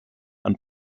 and